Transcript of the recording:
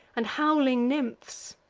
and howling nymphs,